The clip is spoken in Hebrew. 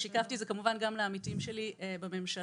שיקפתי את זה כמובן גם לעמיתים שלי בממשלה,